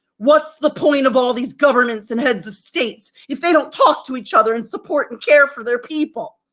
what's the point of all these governments, and heads of states, if they don't talk to each ah another and support and care for their people?